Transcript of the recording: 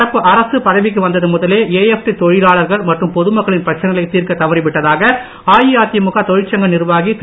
நடப்பு அரசு பதவிக்கு வந்தது முதலே ஏஎப்டி தொழிலாளர்கள் மற்றும் பொதுமக்களின் பிரச்னைகளை தீர்க்க தவறிவிட்டதாக அஇஅதிமுக தொழிற்சங்க நிர்வாகி திரு